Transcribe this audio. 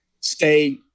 stay